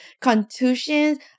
Contusions